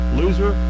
loser